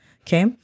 Okay